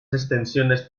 extensiones